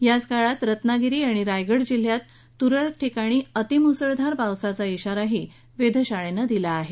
याचकाळात रत्नागिरी आणि रायगड जिल्ह्यात तुरळक ठिकाणी अतिमुसळधार पावसाचा इशाराही दिला आहे